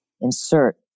insert